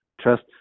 trust